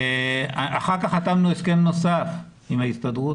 אחר כך חתמנו הסכם נוסף עם ההסתדרות